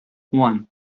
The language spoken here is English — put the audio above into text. one